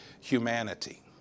humanity